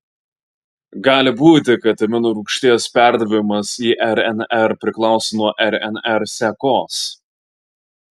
gali būti kad aminorūgšties perdavimas į rnr priklauso nuo rnr sekos